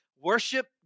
Worship